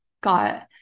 got